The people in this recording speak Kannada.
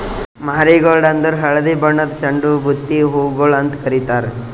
ಮಾರಿಗೋಲ್ಡ್ ಅಂದುರ್ ಹಳದಿ ಬಣ್ಣದ್ ಚಂಡು ಬುತ್ತಿ ಹೂಗೊಳ್ ಅಂತ್ ಕಾರಿತಾರ್